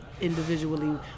Individually